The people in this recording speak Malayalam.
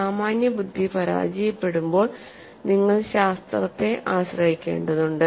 സാമാന്യബുദ്ധി പരാജയപ്പെടുമ്പോൾ നിങ്ങൾ ശാസ്ത്രത്തെ ആശ്രയിക്കേണ്ടതുണ്ട്